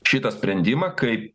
šitą sprendimą kaip